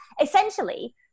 essentially